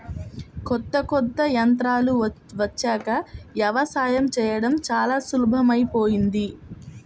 కొత్త కొత్త యంత్రాలు వచ్చాక యవసాయం చేయడం చానా సులభమైపొయ్యింది